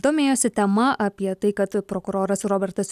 domėjosi tema apie tai kad prokuroras robertas